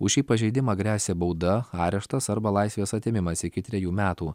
už šį pažeidimą gresia bauda areštas arba laisvės atėmimas iki trejų metų